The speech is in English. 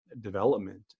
development